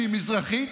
שהיא מזרחית,